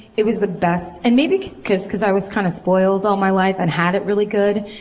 it was the best, and maybe because because i was kind of spoiled all my life and had it really good,